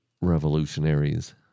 revolutionaries